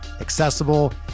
accessible